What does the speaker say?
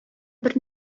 бер